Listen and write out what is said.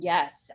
Yes